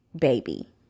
baby